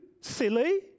silly